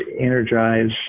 energize